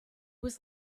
was